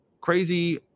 crazy